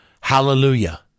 Hallelujah